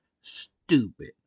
stupid